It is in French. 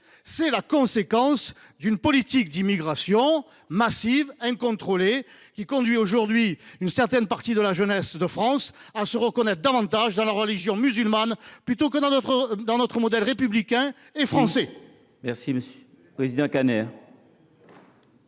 que la conséquence d’une politique d’immigration massive, incontrôlée, qui conduit une partie de la jeunesse de France à se reconnaître davantage dans la religion musulmane que dans notre modèle républicain ! La